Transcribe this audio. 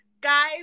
guys